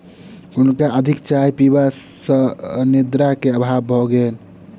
हुनका अधिक चाय पीबा सॅ निद्रा के अभाव भ गेल